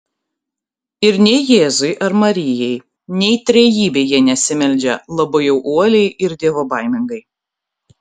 ir nei jėzui ar marijai nei trejybei jie nesimeldžia labai jau uoliai ir dievobaimingai